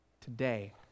today